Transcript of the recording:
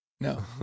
No